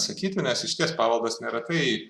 sakyti nes išties paveldas nėra tai